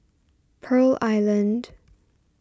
Pearl Island